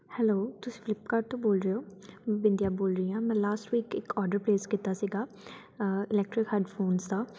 hello ਤੁਸੀ ਫਲਿੱਪਕਾਰਟ ਤੋਂ ਬੋਲ ਰਹੇ ਹੋ ਬਿੰਦੀਆਂ ਬੋਲ ਰਹੀ ਹਾਂ ਮੈਂ ਲਾਸਟ ਵੀਕ ਇੱਕ ਔਡਰ ਪਲੇਸ ਕੀਤਾ ਸੀਗਾ ਇਲੈਕਟ੍ਰਿਕ ਹੈੱਡਫੋਨਸ ਦਾ